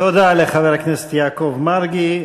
תודה לחבר הכנסת יעקב מרגי.